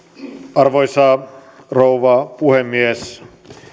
arvoisa rouva puhemies